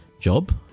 job